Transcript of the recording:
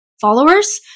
followers